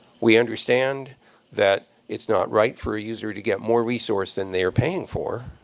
we understand that it's not right for a user to get more resource than they are paying for.